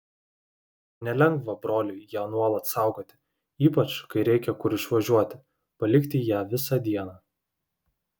nelengva broliui ją nuolat saugoti ypač kai reikia kur išvažiuoti palikti ją visą dieną